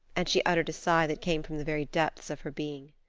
and she uttered a sigh that came from the very depths of her being.